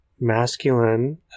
masculine